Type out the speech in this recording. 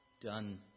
done